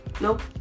Nope